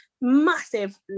massive